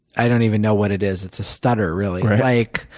i don't even know what it is, it's a stutter, really. like,